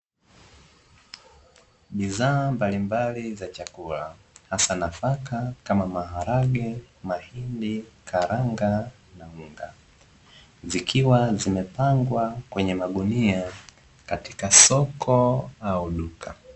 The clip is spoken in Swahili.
Bidhaa mbalimbali za chakula hasa nafaka kama:maharage, mahindi, karanga na unga, zikiwa zimepangwa kwenye magunia katika soko au duka.